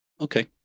okay